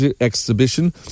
exhibition